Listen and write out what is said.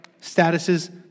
statuses